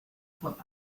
von